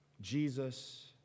Jesus